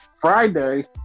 Friday